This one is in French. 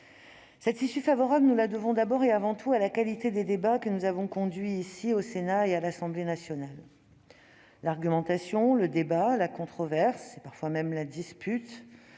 Cette issue favorable, nous la devons d'abord et avant tout à la qualité des débats que nous avons conduits, ici, au Sénat, mais aussi à l'Assemblée nationale. L'argumentation, la controverse et, parfois même, la dispute